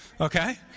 Okay